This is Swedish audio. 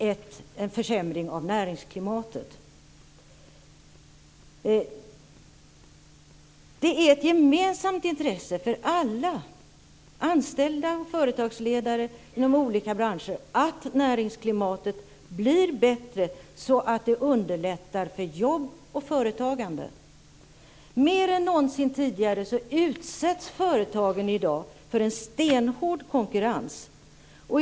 Fru talman! När regering och majoritet driver igenom beslut mot det samlade näringslivets och mot svenska folkets uppfattning, med de kostnader och försämringar av miljön som det medför, innebär det en försämring av näringsklimatet. Det är ett gemensamt intresse för alla - anställda och företagsledare inom olika branscher - att näringsklimatet blir bättre så att det underlättar för jobb och företagande. Mer än någonsin tidigare utsätts företagen i dag för en stenhård konkurrens.